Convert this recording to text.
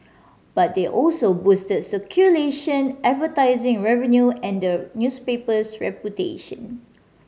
but they also boosted circulation advertising revenue and the newspaper's reputation